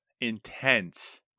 intense